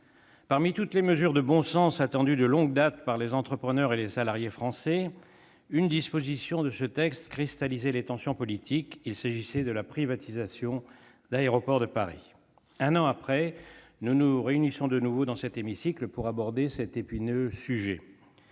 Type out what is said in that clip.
Parmi toutes les mesures de bon sens attendues de longue date par les entrepreneurs et les salariés français, une disposition de ce texte cristallisait les tensions politiques. Il s'agissait de la privatisation d'Aéroports de Paris. Un an après, nous nous réunissons de nouveau dans notre hémicycle pour aborder cet épineux sujet.